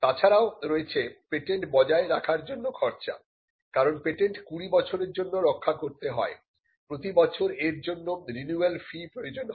তাছাড়াও রয়েছে পেটেন্ট বজায় রাখার জন্য খরচা কারণ পেটেন্ট কুড়ি বছরের জন্য রক্ষা করতে হয় প্রতি বছর এর জন্য রিনিউয়াল ফি প্রয়োজন হয়